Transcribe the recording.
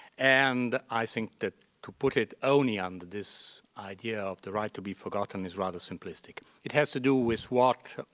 and i think to put it only under this idea of the right to be forgotten is rather simplistic. it has to do with what,